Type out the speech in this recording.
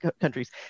Countries